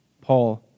Paul